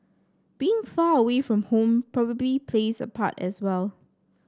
being far away from home probably plays a part as well